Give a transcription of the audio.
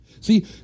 See